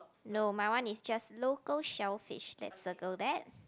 no my one is just local shellfish let's circle that